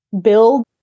build